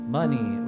money